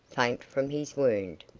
faint from his wound.